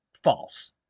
False